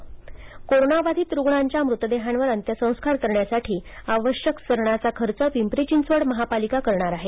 Saran corona बाधित रुग्णांच्या मृतदेहांवर अंत्यसंस्कार करण्यासाठी आवश्यक सरणाचा खर्च पिंपरी चिंचवड महापालिका करणार आहे